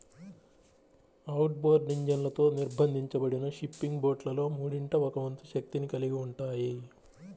outboard ఇంజన్లతో నిర్బంధించబడిన fishing బోట్లలో మూడింట ఒక వంతు శక్తిని కలిగి ఉంటాయి